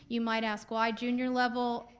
you might ask, why junior level?